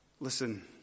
Listen